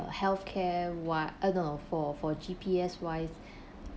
uh health care wa~ uh no for for G_P_S wise